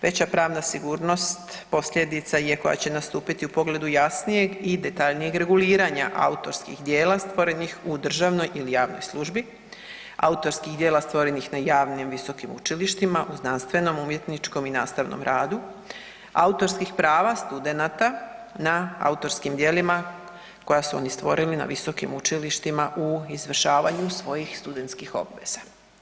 Veća pravna sigurnost posljedica je koja će nastupiti u pogledu jasnijeg i detaljnijeg reguliranja autorskih djela stvorenih u državnoj ili javnoj službi, autorskih djela stvorenih na javnim visokim učilištima u znanstvenom, umjetničkom i nastavnom radu, autorskih prava studenata na autorskim djelima koja su oni stvorili na visokim učilištima u izvršavanju svojih studentskih obveza.